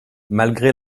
malgré